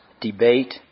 debate